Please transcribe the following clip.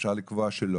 אפשר לקבוע שלא